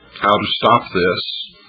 how to stop this,